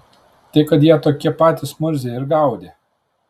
tai kad ją tokie patys murziai ir gaudė